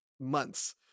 months